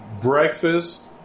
breakfast